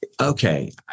okay